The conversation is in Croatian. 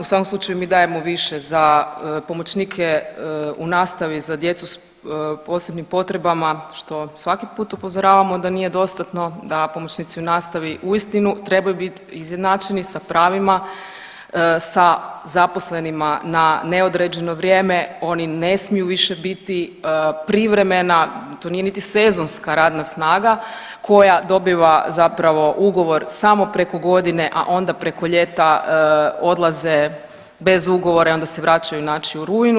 U svakom slučaju, mi dajemo više za pomoćnike u nastavi za djecu s posebnim potrebama, što svaki put upozoravamo da nije dostatno, da pomoćnici u nastavi uistinu trebaju biti izjednačeni sa pravima sa zaposlenima na neodređeno vrijeme, oni ne smiju više biti privremena, to nije niti sezonska radna snaga koja dobiva zapravo ugovor samo preko godine, a onda preko ljeta odlaze bez ugovora i onda se vraćaju, znači u rujnu.